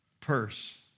purse